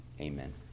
amen